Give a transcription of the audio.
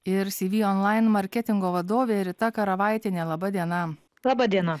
ir cv online marketingo vadovė rita karavaitienė laba diena laba diena